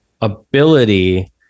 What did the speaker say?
ability